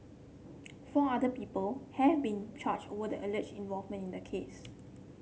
four other people have been charged over the alleged involvement in the case